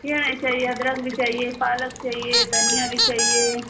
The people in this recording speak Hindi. जी हाँ यह चाहिए अदरक भी चाहिए पालक चाहिए धनिया भी चाहिए